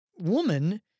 woman